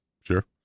Sure